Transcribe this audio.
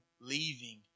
leaving